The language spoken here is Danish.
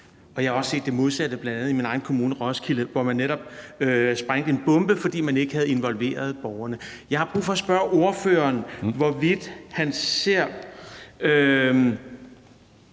Jeg har også set det modsatte, bl.a. i min egen kommune, Roskilde, hvor man netop sprængte en bombe, fordi man ikke havde involveret borgerne. Jeg har brug for at spørge ordføreren, hvorvidt han ser